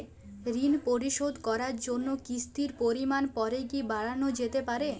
ঋন পরিশোধ করার জন্য কিসতির পরিমান পরে কি বারানো যেতে পারে?